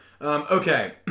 Okay